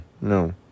No